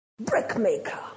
Brickmaker